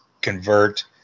convert